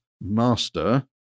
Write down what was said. master